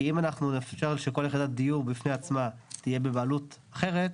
כי אם אנחנו נאפשר שכל יחידת דיור בפני עצמה תהיה בבעלות אחרת,